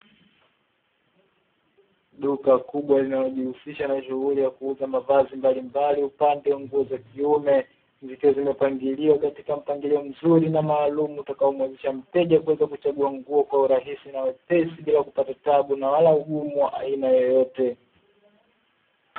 Duka kubwa linalojihusisha na shughuli ya kuuzaji mavazi mbalimbali, upande wa nguo za kiume zikiwa zimepangiliwa katika mpangilio mzuri na maalumu, utakaomuwezesha mteja kuweza kuchagua nguo kwa urahisi na wepesi, bila kupata tabu na wala ugumu wa aina yoyote.